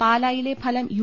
പാലയിലെ ഫലം യു